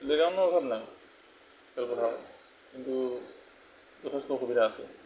প্লে'গ্ৰাউণ্ডৰ অভাৱ নাই খেলপথাৰত কিন্তু যথেষ্ট অসুবিধা আছে